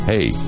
Hey